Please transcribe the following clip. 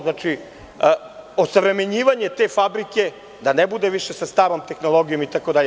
Znači, osavremenjivanje te fabrike da ne bude više sa starom tehnologijom itd.